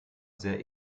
sehr